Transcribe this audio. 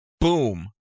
boom